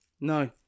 No